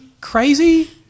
crazy